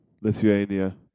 Lithuania